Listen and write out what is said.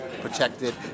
protected